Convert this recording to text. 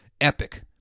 epic